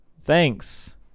thanks